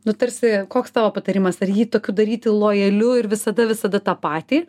nu tarsi koks tavo patarimas ar jį tokiu daryti lojaliu ir visada visada tą patį